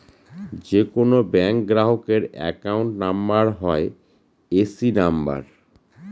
যে কোনো ব্যাঙ্ক গ্রাহকের অ্যাকাউন্ট নাম্বার হয় এ.সি নাম্বার